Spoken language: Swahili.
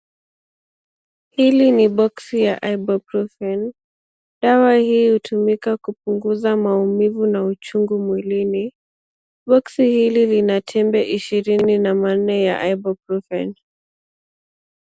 Hili ni box ya, hyboprofen. Dawa hii hutumika kupunguza maumivu na uchungu mwilini. Box hili lina tembe ishirini na manne ya ibuprofen.